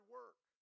work